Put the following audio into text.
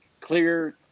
clear